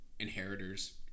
inheritors